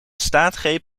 staatsgreep